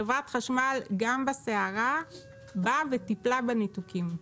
חברת החשמל גם בסערה באה וטיפלה בניתוקים.